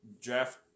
Jeff